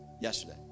yesterday